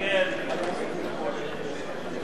מי נמנע?